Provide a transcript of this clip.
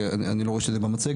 אני לא רואה שזה במצגת,